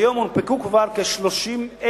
כיום הונפקו כבר כ-30,000